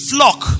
Flock